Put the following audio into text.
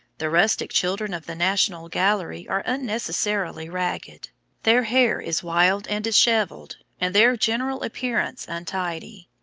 the rustic children of the national gallery are unnecessarily ragged their hair is wild and dishevelled, and their general appearance untidy.